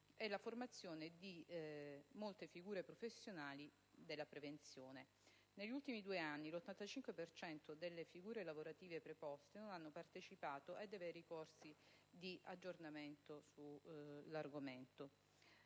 e la formazione di molte figure professionali della prevenzione: negli ultimi due anni l'85 per cento delle figure lavorative preposte non ha partecipato a veri corsi di aggiornamento sull'argomento.